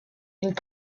une